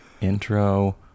intro